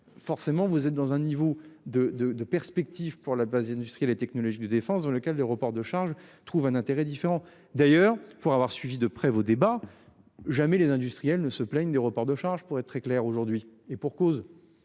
forcément vous êtes dans un niveau de de de perspectives pour la base industrielle et technologique de défense dans lequel des reports de charges trouvent un intérêt différent d'ailleurs pour avoir suivi de près vos débats jamais les industriels ne se plaignent des reports de charges pour être très clair aujourd'hui, et pour cause.